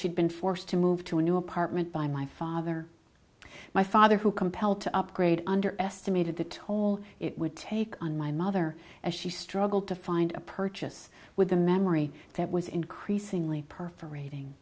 she'd been forced to move to a new apartment by my father my father who compelled to upgrade underestimated the toll it would take on my mother as she struggled to find a purchase with a memory that was increasingly perfor